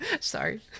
Sorry